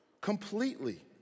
completely